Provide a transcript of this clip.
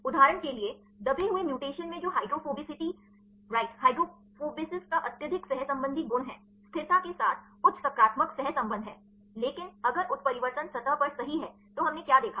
उदाहरण के लिए दबे हुए म्यूटेशन में जो हाइड्रोफोबिसिटी राइट हाइड्रॉफोबैसिस का अत्यधिक सहसंबंधी गुण है स्थिरता के साथ उच्च सकारात्मक सहसंबंध है लेकिन अगर उत्परिवर्तन सतह पर सही है तो हमने क्या देखा